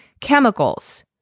chemicals